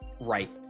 Right